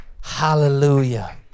hallelujah